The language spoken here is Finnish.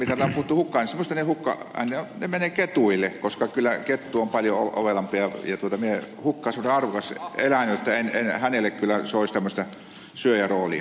minusta ne hukkaäänet menevät ketuille koska kyllä kettu on paljon ovelampi ja menee hukkaan semmoinen arvokas eläin jotta en hänelle kyllä soisi tämmöistä syöjän roolia